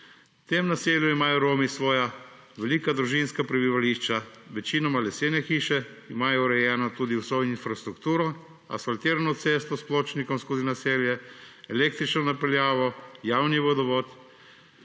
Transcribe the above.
V tem naselju imajo Romi svoja velika družinska prebivališča, večinoma lesene hiše, imajo urejeno tudi vso infrastrukturo, asfaltirano cesto s pločnikom skozi naselje, električno napeljavo, javni vodovod,